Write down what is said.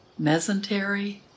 Mesentery